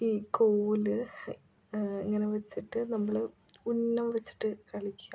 ഈ കോൽ ഇങ്ങനെ വെച്ചിട്ട് നമ്മൾ ഉന്നം വെച്ചിട്ട് കളിക്കുക